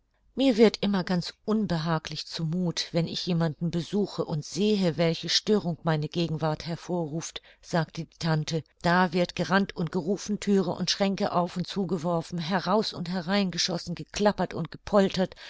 mir wird immer ganz unbehaglich zu muth wenn ich jemanden besuche und sehe welche störung meine gegenwart hervorruft sagte die tante da wird gerannt und gerufen thüren und schränke auf und zu geworfen heraus und herein geschossen geklappert und gepoltert